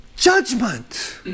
Judgment